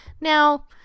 Now